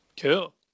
cool